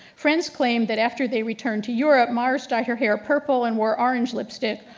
friends claimed that after they returned to europe, mars dyed her hair purple and wore orange lipstick,